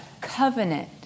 covenant